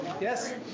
Yes